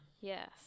Yes